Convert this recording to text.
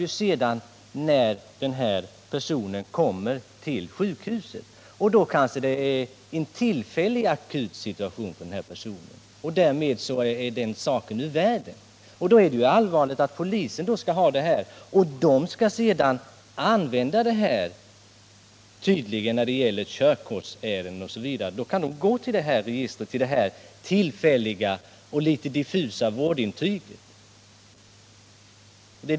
En sådan görs först när personen kommer till sjukhuset, och om det gäller en tillfällig, akut situation för vederbörande, är saken därmed ur världen. Det är då allvarligt att polisen ändå förvarar detta i en tillfällig situation utfärdade och litet diffusa intyg.